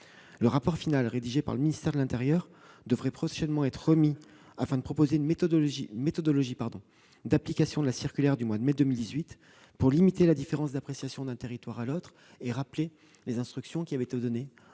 Le rapport final rédigé par le ministère de l'intérieur devrait prochainement être remis afin de proposer une méthodologie d'application de la circulaire du mois de mai 2018 pour limiter la différence d'appréciation d'un territoire à l'autre et rappeler les instructions qui avaient été données en matière